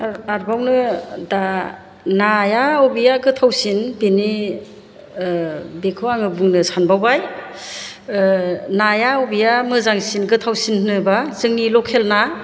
आरोबावनो दा नाया बबेया गोथावसिन बेनि बेखौ आङो बुंनो सानबावबाय नाया बबेया मोजांसिन गोथावसिन होनोब्ला जोंनि लकेल ना